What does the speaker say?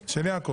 חוק ומשפט 1 נגד,